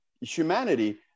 humanity